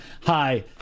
hi